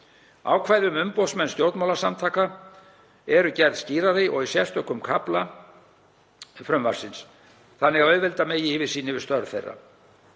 Ákvæði um umboðsmenn stjórnmálasamtaka eru gerð skýrari í sérstökum kafla frumvarpsins þannig að auðvelda megi yfirsýn yfir störf þeirra.